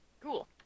Cool